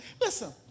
listen